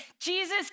Jesus